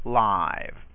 live